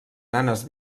nanes